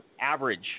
average